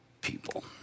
people